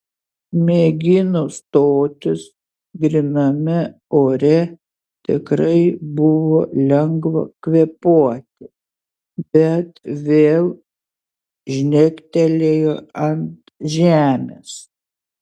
mėgino stotis gryname ore tikrai buvo lengva kvėpuoti bet vėl žnektelėjo ant žemės